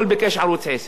ביקש הלוואה